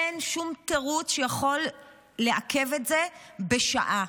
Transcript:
אין שום תירוץ שיכול לעכב את זה בשעה.